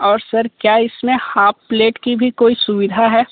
और सर क्या इसमें हाफ प्लेट की भी कोई सुविधा है